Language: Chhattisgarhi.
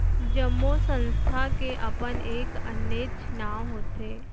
जम्मो संस्था के अपन एक आनेच्च नांव होथे